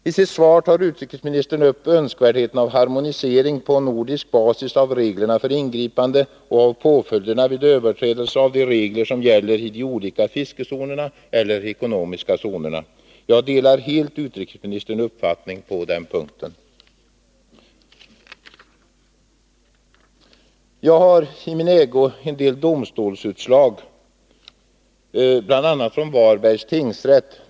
I sitt svar tar utrikesministern upp önskvärdheten av harmonisering på nordisk basis av reglerna för ingripande och av påföljderna vid överträdelse av de regler som gäller i de olika fiskezonerna eller de ekonomiska zonerna. Jag delar helt utrikesministerns uppfattning på den punkten. Jag har i min ägo en del domstolsutslag, bl.a. från Varbergs tingsrätt.